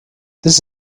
this